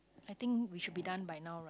I think we should be done by now right